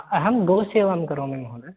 अहें गोसेवां करोमि महोदय